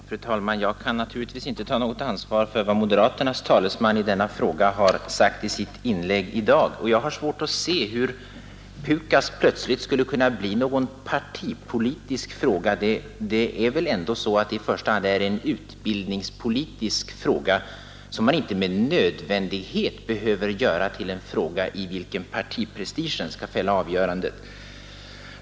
Fru talman! Jag kan naturligtvis inte ta något ansvar för vad moderaternas talesman i denna fråga har sagt i sitt inlägg i dag. Jag har också svårt att se hur PUKAS plötsligt skulle kunna bli främst en partipolitisk fråga. Det är väl ändå i första hand en utbildningspolitisk angelägenhet, som inte med nödvändighet behöver göras till en fråga, i vilken partiprestigen skall fälla avgörandet.